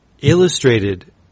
illustrated